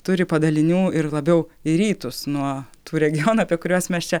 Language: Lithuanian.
turi padalinių ir labiau į rytus nuo tų regionų apie kuriuos mes čia